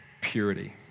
purity